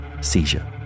seizure